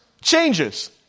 changes